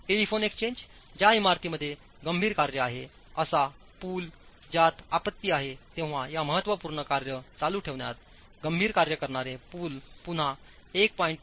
telephone एक्सचेंजज्या इमारतींमध्ये गंभीर कार्य आहे अशा पूल ज्यातआपत्ती आहे तेव्हा या महत्त्वपूर्ण कार्ये चालूठेवण्यात गंभीर कार्य करणारे पुलपुन्हा 1